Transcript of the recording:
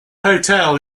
hotel